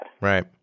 Right